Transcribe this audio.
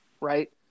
right